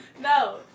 No